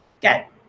get